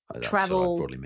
Travel